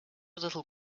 little